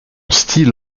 style